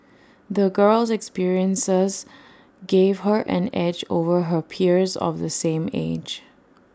the girl's experiences gave her an edge over her peers of the same age